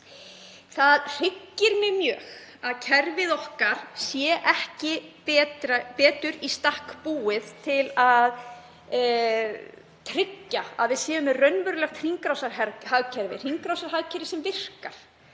Það hryggir mig mjög að kerfið okkar sé ekki betur í stakk búið til að tryggja að við séum með raunverulegt hringrásarhagkerfi sem virkar.